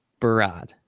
Barad